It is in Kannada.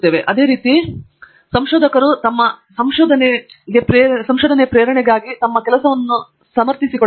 ಆದ್ದರಿಂದ ಅದೇ ರೀತಿ ನಿಮಗೆ ತಿಳಿದಿರುವ ಸಂಶೋಧನೆಗೆ ಪ್ರೇರಣೆಗಾಗಿ ನಮ್ಮ ಕೆಲಸವನ್ನು ಸಮರ್ಥಿಸಿಕೊಳ್ಳಲು ನಾವು ಅನೇಕ ಬಾರಿ ಬಯಸುತ್ತೇವೆ ಏಕೆಂದರೆ ನಾವು ಅದನ್ನು ಮಾಡುತ್ತಿರುವುದರಿಂದ ಯಾರೂ ಅದನ್ನು ತಿಳಿದಿಲ್ಲ